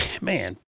man